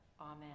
Amen